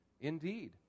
Indeed